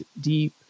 deep